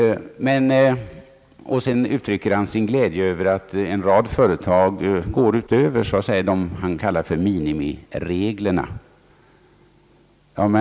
Vidare uttrycker statsrådet Wickman sin glädje över att en rad företag går utöver vad han kallar minimireglerna.